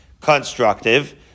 constructive